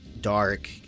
dark